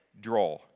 draw